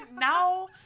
now